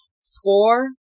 score